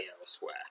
elsewhere